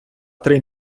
три